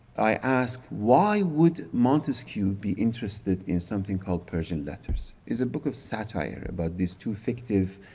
i asked why would montesquieu be interested in something called persian letters? it's a book of satire about these two fictive